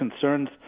concerns